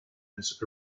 his